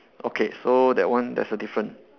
okay so that one there's a different